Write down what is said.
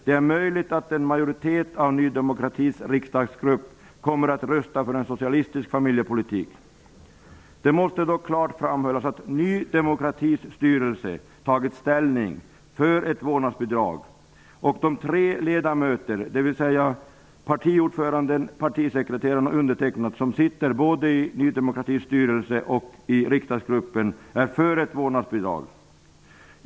Det är möjligt att en majoritet av Ny demokratis riksdagsgrupp kommer att rösta för en socialistisk familjepolitik. Det måste dock klart framhållas att Ny demokratis styrelse tagit ställning för ett vårdnadsbidrag. De tre ledamöter, dvs. partiordföranden, partisekreteraren och jag, som sitter i både Ny demokratis styrelse och riksdagsgruppen är för ett vårdnadsbidrag.